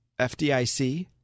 FDIC